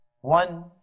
One